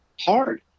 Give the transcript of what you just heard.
hard